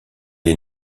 est